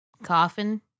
Coffin